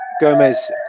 Gomez